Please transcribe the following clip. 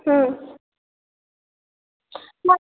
হুম না